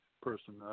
person